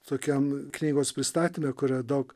tokiam knygos pristatyme kurioje daug